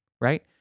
right